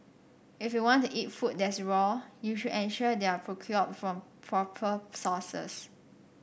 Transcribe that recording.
if you want to eat food that's raw you should ensure they are procured from proper sources